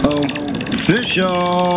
official